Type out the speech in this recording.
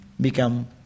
become